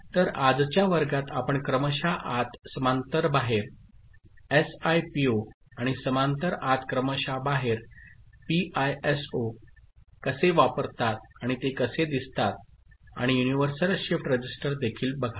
तर आजच्या वर्गात आपण क्रमशः आत समांतर बाहेर एसआयपीओ आणि समांतर आत क्रमशः बाहेर पीआयएसओ कसे वापरतात आणि ते कसे दिसतात आणि युनिव्हर्सल शिफ्ट रजिस्टर देखील बघा